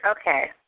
Okay